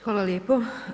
Hvala lijepo.